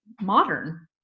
modern